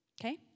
okay